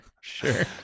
sure